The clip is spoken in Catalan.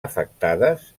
afectades